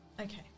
okay